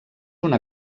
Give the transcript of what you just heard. una